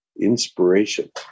inspiration